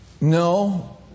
No